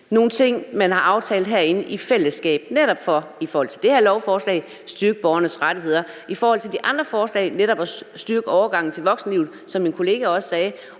nogle ting, som man har aftalt herinde i fællesskab netop for, som det er tilfældet i det her lovforslag, at styrke borgernes rettigheder og at styrke overgangen til voksenlivet, som min kollega også sagde.